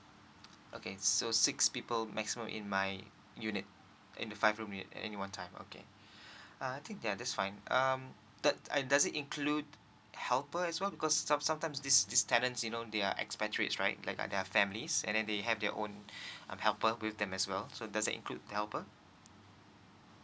okay so six people maximum in my unit in the five room unit at any one time okay uh I think that that's fine um does does it include helper as well because some sometimes this this tenants you know they are expatriates right like their families and then they have their own um helper with them as well so does that include the helper